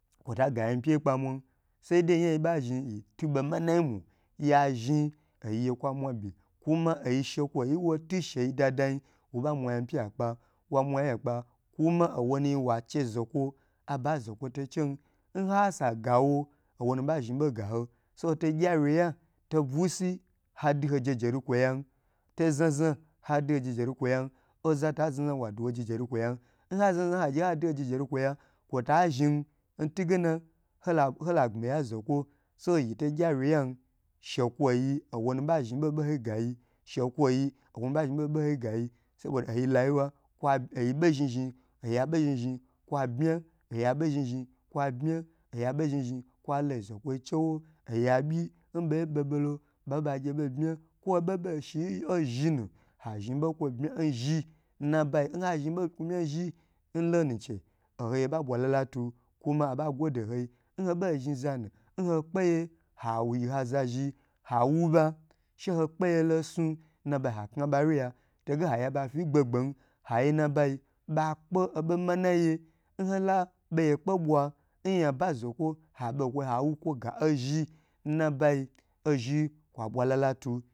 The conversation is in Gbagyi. Kwota gayi ayin pyeyi kpamwan said ei oyam yi ba zhn yitu bo manayi mu ya zhn oyiye twa mwa be kwu ma oyi shekwoy nwo tun nshe yiyiwoge oyi dadayi woba mwayi ayipeyi okpan wa mwa ye akpa kuma owonu zhi wache zokwo aba zokwo to chen nhasagawo oworu ba zhn bo gaho hoto gye wye ya tobwi si hodu jeje lukwoyan, to zona zna hadu ho jejelukwo yan ozata znazna wadu wo jeje lukwo yan nha zha zna haduho jeje lukwo ya kwata zhn ntigen hola hda gbmiya ni zokwo shekwoyi owonuba zhn boho bohoyi ga yi, shekwo owonu ba zhn boho bohoyi ga yi, shekwo owonu ba zhn boho bohoyi gayi loyuwa kwa oyiba zhi zhn kwa gbma oya bo zhn zhn kwa lo n zokwoi oya zhn zhn kwa low zokwo chewo oya bmi nbo bobolo babagyebo bma kwobo boshi n zhn nu ha zhn bokwo bma zhn nnabayi nha zhn bo kwo bmi zhn n lonuche ohoye ba ɓwalalatu kuma aba gwode hoi nhobo zhi zanu nwokpe ye hayi ba zhi hawuba she ho kpeyelo sun ha ba ha kna ba wye ya to ha ya ba fi ngbe gben haye nabayi hakpe obo maneyi nhola beyekpe bwa nyaba zokwo abu kwo awo kwo ga ozhi nnabayi ozhi kwa bwa lala tu